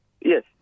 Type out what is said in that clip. Yes